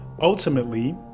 ultimately